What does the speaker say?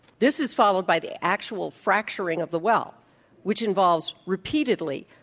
this is followed by the actual fracturing of the well which involves repeatedly,